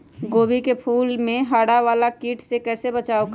गोभी के फूल मे हरा वाला कीट से कैसे बचाब करें?